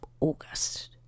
August